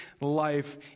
life